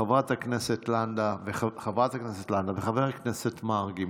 חברת הכנסת לנדה וחבר הכנסת מרגי,